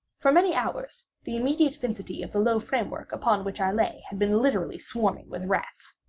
for many hours the immediate vicinity of the low framework upon which i lay, had been literally swarming with rats.